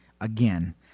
Again